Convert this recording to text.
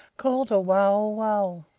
called a wauwau.